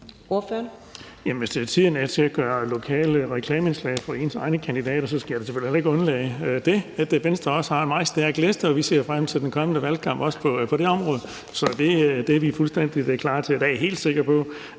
hvis tiden er til at lave reklameindslag for ens egne lokale kandidater, skal jeg da selvfølgelig heller ikke undlade det. Venstre har en meget stærk liste, og vi ser frem til den kommende valgkamp, også på det område. Det er de fuldstændig klar til, og jeg er helt sikker på,